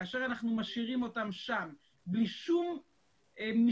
כאשר אנחנו משאירים אותם שם בלי שום משענת